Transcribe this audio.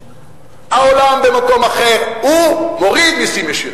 העולם במקום אחר, הוא מוריד מסים ישירים.